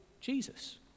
Jesus